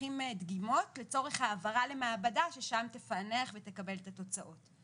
לוקחים דיגום לצורך העברה למעבדה ששם תפענח ותקבל את התוצאות.